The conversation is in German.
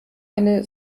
eine